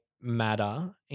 matter